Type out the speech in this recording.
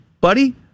buddy